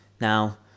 Now